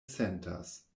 sentas